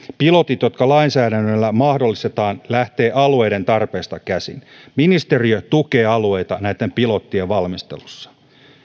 pilotit jotka lainsäädännöllä mahdollistetaan lähtevät alueiden tarpeesta käsin ministeriö tukee alueita näitten pilottien valmistelussa